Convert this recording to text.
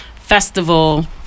festival